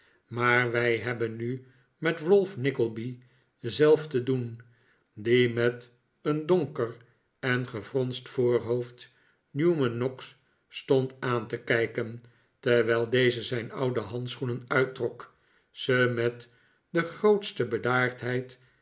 maar wij hebben nu met ralph nickleby zelf te doen die met een donker en gefronst voorhoofd newman noggs stond aan te kijken terwijl deze zijn oude handschoenen uittrok ze met de grootste bedaardheid